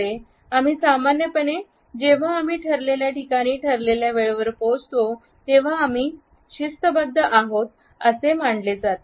आम्ही सामान्यपणे जेव्हा आम्ही ठरलेल्या ठिकाणी ठरलेल्या वेळेवर पोहोचतो तेव्हा आम्ही चित्रबद्ध आहोत असे मानले जाते